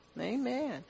amen